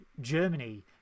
Germany